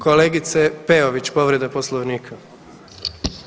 Kolegice Peović, povreda Poslovnika.